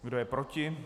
Kdo je proti?